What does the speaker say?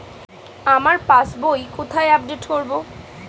আমার পাস বই কোথায় আপডেট করব?